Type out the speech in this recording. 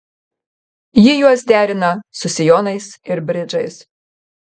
ji juos derina su sijonais ir bridžais